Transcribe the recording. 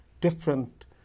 different